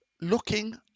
looking